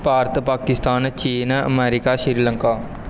ਭਾਰਤ ਪਾਕਿਸਤਾਨ ਚੀਨ ਅਮੈਰਿਕਾ ਸ਼੍ਰੀਲੰਕਾ